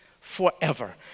forever